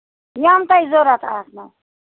یِم تۄہہِ ضروٗرت آسنَو